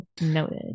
Noted